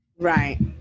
Right